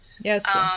Yes